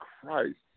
Christ